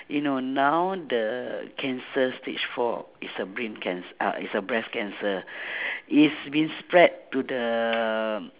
you know now the cancer stage four is a brain cance~ ah is a breast cancer it's been spread to the